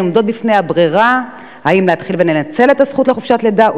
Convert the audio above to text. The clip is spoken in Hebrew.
עומדות בפני הברירה אם להתחיל ולנצל את הזכות לחופשת לידה,